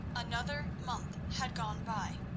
another month had gone by,